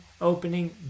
opening